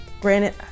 Granted